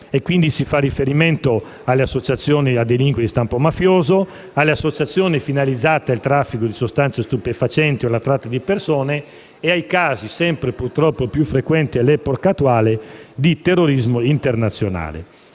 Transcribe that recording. Quindi, si fa riferimento ad associazioni a delinquere di stampo mafioso, alle associazioni finalizzate al traffico di sostanze stupefacenti e di persone e ai casi - purtroppo sempre più frequenti in epoca attuale - di terrorismo internazionale.